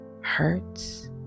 hurts